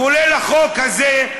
כולל החוק הזה,